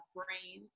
brain